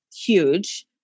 huge